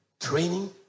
Training